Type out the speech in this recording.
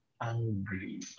angry